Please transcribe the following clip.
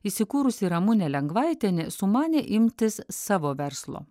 įsikūrusi ramunė lengvaitienė sumanė imtis savo verslo